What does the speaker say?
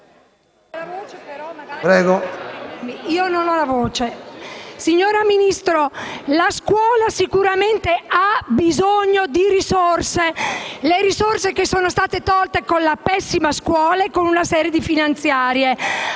signora Ministra, la scuola sicuramente ha bisogno di risorse, le risorse che sono state tolte con la pessima scuola e con una serie di leggi finanziarie.